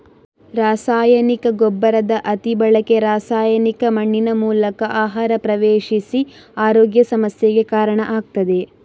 ರಾಸಾಯನಿಕ ಗೊಬ್ಬರದ ಅತಿ ಬಳಕೆ ರಾಸಾಯನಿಕ ಮಣ್ಣಿನ ಮೂಲಕ ಆಹಾರ ಪ್ರವೇಶಿಸಿ ಆರೋಗ್ಯ ಸಮಸ್ಯೆಗೆ ಕಾರಣ ಆಗ್ತದೆ